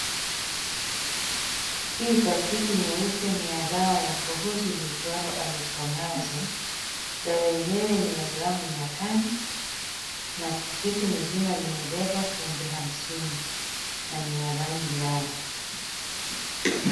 Hii pakiti nyeupe ni ya dawa ya kohozi iitwayo azithromycin. Dawa yenyewe ni ya gramu mia tano, na pakiti mzima limebeba tembe hamsini na ni ya rangi njano.